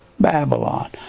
babylon